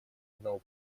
одного